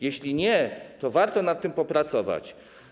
Jeśli nie, to warto nad tym popracować.